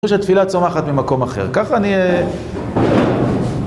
כאילו שתפילה צומחת ממקום אחר, ככה נהיה...